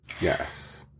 Yes